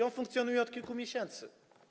On funkcjonuje od kilku miesięcy.